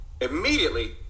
immediately